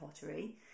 pottery